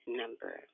number